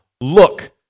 Look